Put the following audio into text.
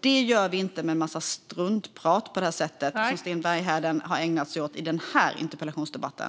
Det gör vi inte med en massa struntprat, som Sten Bergheden har ägnat sig åt i den här interpellationsdebatten.